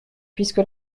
puisque